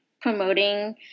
promoting